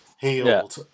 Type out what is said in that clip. healed